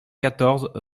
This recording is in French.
quatorze